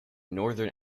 northern